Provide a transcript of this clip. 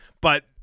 But-